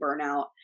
burnout